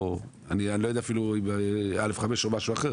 אני לא יודע אפילו אם א.5 או משהו אחר,